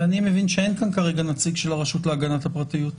אני מבין שאין כאן כרגע נציג של הרשות להגנת הפרטיות,